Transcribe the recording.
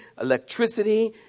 Electricity